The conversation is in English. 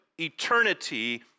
eternity